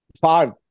five